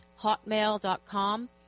hotmail.com